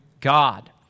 God